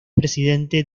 presidente